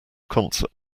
concert